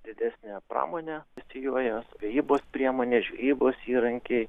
didesnė pramonė asocijuojuosi žvejybos priemonės žvejybos įrankiai